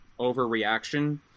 overreaction